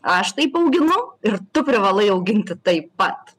aš taip auginu ir tu privalai auginti taip pat